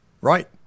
right